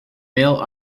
mail